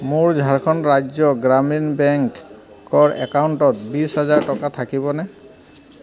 মোৰ ঝাৰখণ্ড ৰাজ্য গ্ৰামীণ বেংকৰ একাউণ্টত বিছ হেজাৰ টকা থাকিবনে